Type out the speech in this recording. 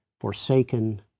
Forsaken